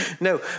No